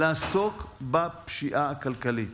לעסוק בפשיעה הכלכלית,